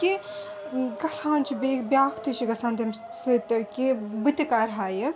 کہِ گژھان چھُ بِیٛاکھ تہِ چھُ گژھان تَمہِ سٟتۍ کہِ بہٕ تہِ کَرٕہا یہِ